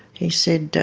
he said,